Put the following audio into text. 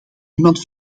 niemand